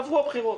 עברו הבחירות.